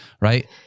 right